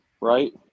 Right